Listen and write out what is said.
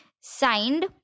signed